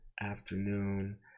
afternoon